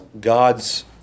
God's